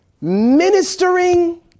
ministering